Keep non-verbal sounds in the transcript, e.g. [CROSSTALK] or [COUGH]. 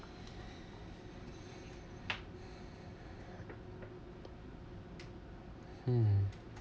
[BREATH] mm